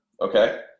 Okay